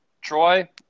Troy